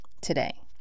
today